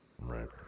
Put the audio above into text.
Right